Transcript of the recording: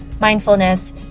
mindfulness